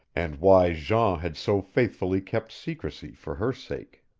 and why jean had so faithfully kept secrecy for her sake.